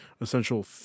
essential